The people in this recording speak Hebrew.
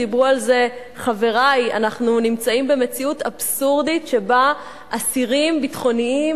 דיברו על זה חברי: אנחנו נמצאים במציאות אבסורדית שבה אסירים ביטחוניים,